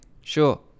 Sure